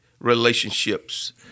Relationships